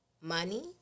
money